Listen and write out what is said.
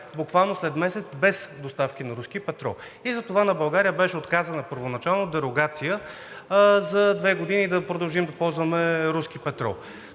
буквално след месец без доставки на руски петрол и затова на България беше отказана първоначално дерогация за две години да продължим да ползваме руски петрол.